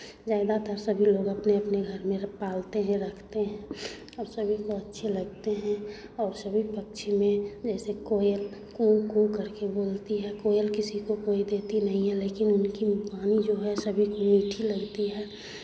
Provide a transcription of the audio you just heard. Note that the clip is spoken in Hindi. ज़्यादातर सभी लोग अपने अपने घर में र पालते हैं रखते हैं और सभी को अच्छे लगते हैं और सभी पक्षी में जैसे कोयल कू कू करके बोलती है कोयल किसीको कोई देती नहीं है लेकिन उनकी वाणी जो है सभी को मीठी लगती है